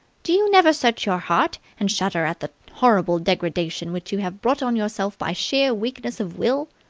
do you never search your heart and shudder at the horrible degradation which you have brought on yourself by sheer weakness of will?